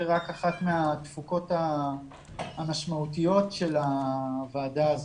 רק אחת מהתפוקות המשמעותיות של הוועדה הזאת.